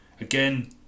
again